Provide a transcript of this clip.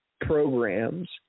programs